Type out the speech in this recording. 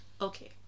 Okay